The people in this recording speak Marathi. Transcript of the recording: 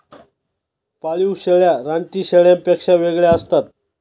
पाळीव शेळ्या रानटी शेळ्यांपेक्षा वेगळ्या असतात